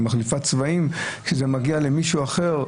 הרגישות מחליפה צבעים כשזה מגיע למישהו אחר.